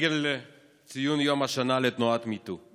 לרגל ציון יום השנה לתנועת MeToo: